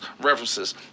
references